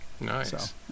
Nice